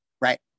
Right